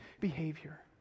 behavior